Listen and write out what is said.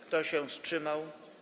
Kto się wstrzymał?